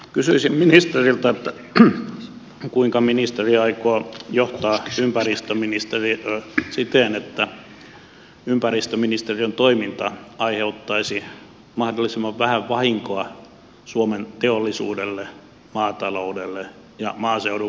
kysyisin ministeriltä kuinka ministeri aikoo johtaa ympäristöministeriötä siten että ympäristöministeriön toiminta aiheuttaisi mahdollisimman vähän vahinkoa suomen teollisuudelle maataloudelle ja maaseudun väestölle